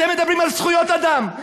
אתם מדברים על זכויות אדם,